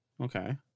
Okay